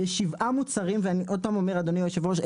בשבעה מוצרים ואני עוד פעם אומר אדוני היושב ראש,